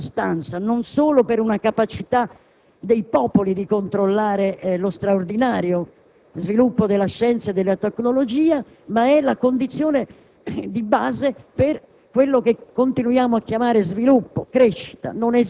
la diffusione e una democrazia di sostanza, non solo per una capacità dei popoli di controllare lo straordinario sviluppo della scienza e della tecnologia, ma la condizione di base per